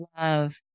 love